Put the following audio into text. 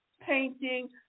painting